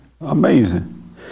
Amazing